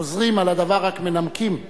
חוזרים על הדבר, רק מנמקים.